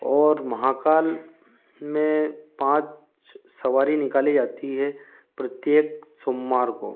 और महाकाल में पाँच स सवारी निकाली जाती है प्रत्येक सोमवार को